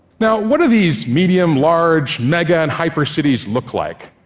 now, what do these medium, large, mega, and hypercities look like?